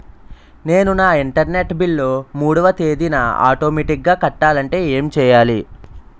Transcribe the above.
నేను నా internet bill మూడవ తేదీన ఆటోమేటిగ్గా కట్టాలంటే ఏం చేయాలి?